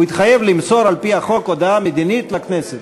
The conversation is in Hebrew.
הוא התחייב למסור על-פי החוק הודעה מדינית לכנסת,